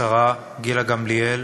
השרה גילה גמליאל,